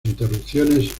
interrupciones